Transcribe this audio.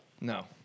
No